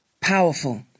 powerful